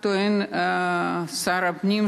טוען שר הפנים,